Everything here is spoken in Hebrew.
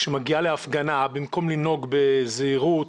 כשמגיעה להפגנה במקום לנהוג בזהירות,